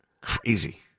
Crazy